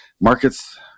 markets